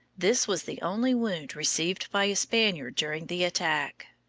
this was the only wound received by a spaniard during the attack.